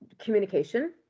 communication